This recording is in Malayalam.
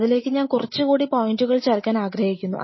അതിലേക്ക് ഞാൻ കുറച്ചുകൂടി പോയിൻറ്കൾ ചേർക്കാൻ ആഗ്രഹിക്കുന്നു